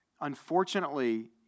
unfortunately